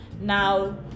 now